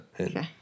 Okay